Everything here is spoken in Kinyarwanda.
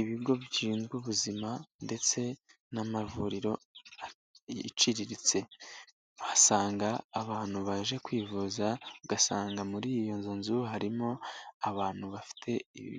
Ibigo bishinzwe ubuzima ndetse n'amavuriro iciriritse, uhasanga abantu baje kwivuza, ugasanga muri iyo nzu harimo abantu bafite